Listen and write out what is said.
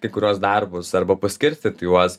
kai kuriuos darbus arba paskirstyt juos